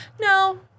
no